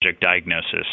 diagnosis